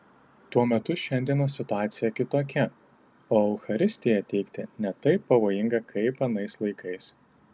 tuo metu šiandienos situacija kitokia o eucharistiją teikti ne taip pavojinga kaip anais laikais